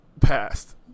passed